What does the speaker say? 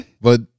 But-